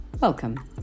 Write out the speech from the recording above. Welcome